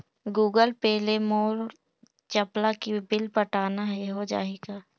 Google Pay ले मोल चपला के बिल पटाना हे, हो जाही का?